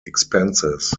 expenses